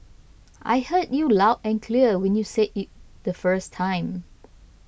I heard you loud and clear when you said it the first time